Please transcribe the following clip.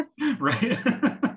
Right